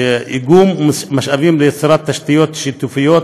איגום משאבים ליצירת תשתיות שיתופיות